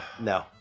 No